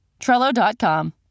Trello.com